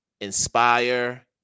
inspire